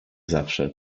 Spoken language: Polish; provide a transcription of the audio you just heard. zawsze